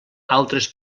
altres